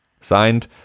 Signed